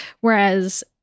Whereas